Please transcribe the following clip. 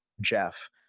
jeff